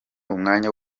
umwanya